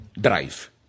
drive